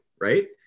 right